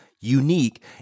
unique